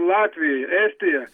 latvijoj estija